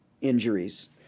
injuries